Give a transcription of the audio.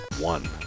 one